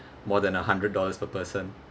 more than a hundred dollars per person